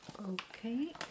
Okay